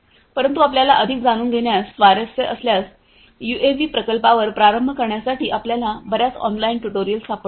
परंतु आपल्याला अधिक जाणून घेण्यास स्वारस्य असल्यास यूएव्ही प्रकल्पांवर प्रारंभ करण्यासाठी आपल्याला बर्याच ऑनलाइन ट्यूटोरियल्स सापडतील